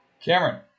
Cameron